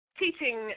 teaching